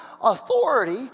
authority